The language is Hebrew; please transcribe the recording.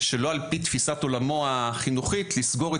שלא על פי תפיסת עולמו החינוכית לסגור את